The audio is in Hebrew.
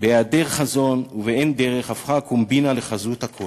בהיעדר חזון ובאין דרך הפכה הקומבינה לחזות הכול.